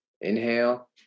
Inhale